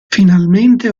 finalmente